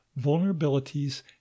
vulnerabilities